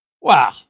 Wow